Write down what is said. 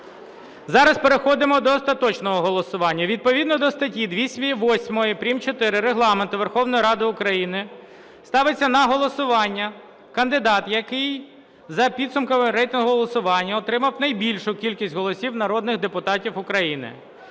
Зараз переходимо до остаточного голосування. Відповідно до статті 208 прим.4 Регламенту Верховної Ради України ставиться на голосування кандидат, який за підсумками рейтингового голосування отримав найбільшу кількість голосів народних депутатів України.